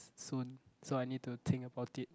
soon so I need to think about it